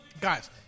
Guys